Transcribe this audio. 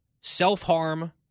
Self-harm